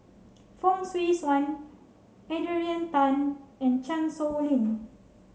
Fong Swee Suan Adrian Tan and Chan Sow Lin